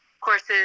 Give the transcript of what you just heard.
courses